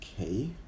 Okay